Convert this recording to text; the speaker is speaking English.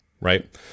right